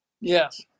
Yes